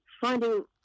finding